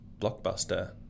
Blockbuster